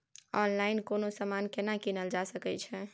Online कोनो समान केना कीनल जा सकै छै?